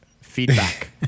feedback